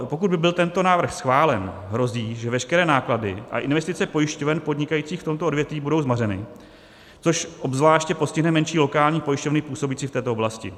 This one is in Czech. Pokud by byl tento návrh schválen, hrozí, že veškeré náklady a investice pojišťoven podnikajících v tomto odvětví budou zmařeny, což obzvláště postihne menší lokální pojišťovny působící v této oblasti.